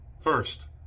First